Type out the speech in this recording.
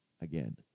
Again